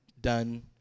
done